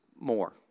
more